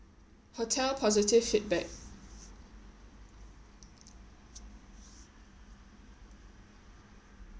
hotel positive feedback